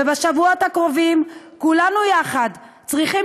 ובשבועות הקרובים כולנו יחד צריכים